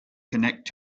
connect